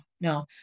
no